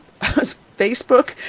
Facebook